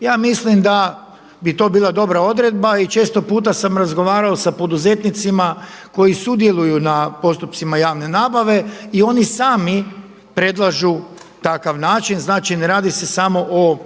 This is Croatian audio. Ja mislim da bi to bila dobra odredba i često puta sam razgovarao sa poduzetnicima koji sudjeluju na postupcima javne nabave i oni sami predlažu takav način. Znači ne radi se samo o